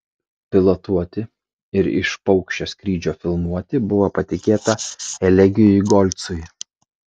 pilotuoti ir iš paukščio skrydžio filmuoti buvo patikėta elegijui golcui